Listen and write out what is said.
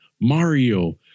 Mario